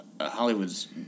hollywood's